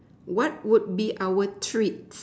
what would be our treats